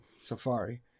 safari